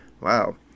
Wow